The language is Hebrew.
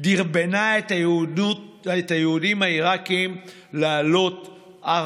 דרבנה את היהודים העיראקים לעלות ארצה.